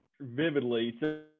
vividly